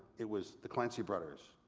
it was the clancy brothers,